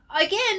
again